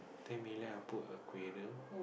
ten million I put aquarium